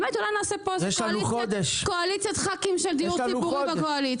אולי נעשה פה איזו קואליציית ח"כים של דיור ציבורי בקואליציה.